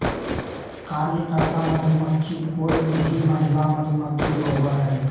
कार्यकर्ता मधुमक्खी कोय भी महिला मधुमक्खी होबो हइ